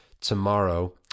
tomorrow